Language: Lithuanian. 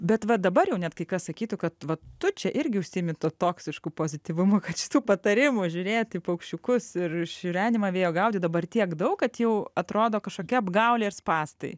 bet va dabar jau net kai kas sakytų kad tu čia irgi užsiimi tuo toksišku pozityvumu kad šitų patarimų žiūrėti į paukščiukus ir šiurenimą vėjo gaudyti dabar tiek daug kad jau atrodo kažkokia apgaulė ir spąstai